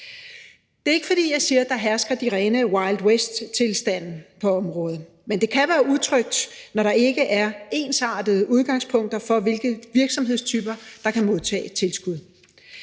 Det er ikke, fordi jeg siger, at der hersker de rene wild west-tilstande på området, men det kan være utrygt, når der ikke er ensartede udgangspunkter for, hvilke virksomhedstyper der kan modtage et tilskud.